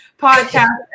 podcast